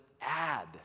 add